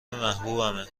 محبوبمه